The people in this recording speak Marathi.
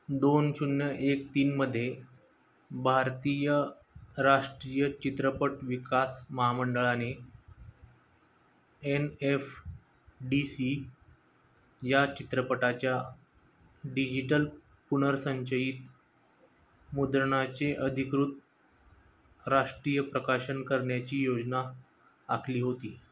दोन शून्य एक तीनमध्ये भारतीय राष्ट्रीय चित्रपट विकास महामंडळाने एन एफ डी सी या चित्रपटाच्या डिजिटल पुनर्संचयित मुद्रणाचे अधिकृत राष्ट्रीय प्रकाशन करण्याची योजना आखली होती